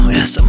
Yes